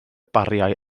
bariau